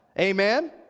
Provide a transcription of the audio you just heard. Amen